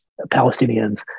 Palestinians